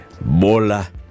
Bola